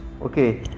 Okay